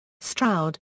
Stroud